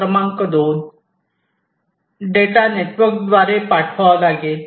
क्रमांक 2 डेटा नेटवर्कद्वारे पाठवावा लागेल